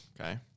Okay